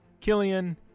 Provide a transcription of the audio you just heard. killian